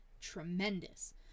tremendous